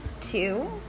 two